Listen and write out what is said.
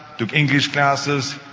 took english classes,